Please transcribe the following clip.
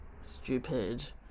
stupid